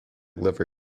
liver